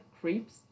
creeps